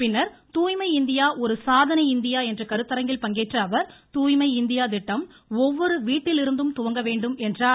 பின்னர் தூய்மை இந்தியா ஒரு சாதனை இந்தியா என்ற கருத்தரங்கில் பங்கேற்ற அவர் தூய்மை இந்தியா திட்டம் ஒவ்வொரு வீட்டிலிருந்து தான் முதலில் துவங்க வேண்டும் என்றார்